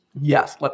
yes